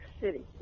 City